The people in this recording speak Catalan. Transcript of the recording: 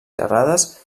xerrades